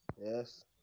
yes